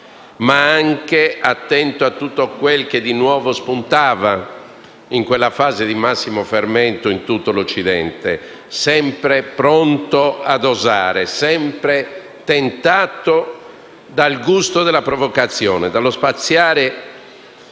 ma anche attento a tutto quel che di nuovo spuntava in quella fase di massimo fermento in tutto l'Occidente. Sempre pronto a osare, sempre tentato dal gusto della provocazione, dallo spiazzare